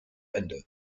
ende